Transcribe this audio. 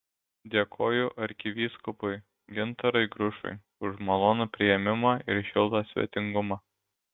dėkoju arkivyskupui gintarui grušui už malonų priėmimą ir šiltą svetingumą